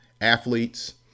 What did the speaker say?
athletes